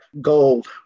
gold